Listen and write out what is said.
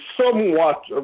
somewhat